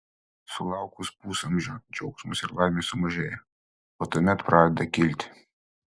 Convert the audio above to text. sulaukus pusamžio džiaugsmas ir laimė sumažėja o tuomet pradeda kilti